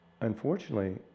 Unfortunately